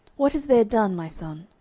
what is there done, my son?